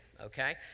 okay